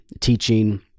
teaching